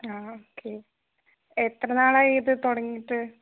ആ ഓക്കെ എത്ര നാളായി ഇത് തുടങ്ങിയിട്ട്